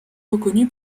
reconnu